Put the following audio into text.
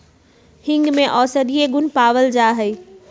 हींग में औषधीय गुण पावल जाहई